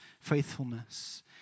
faithfulness